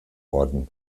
orden